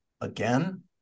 Again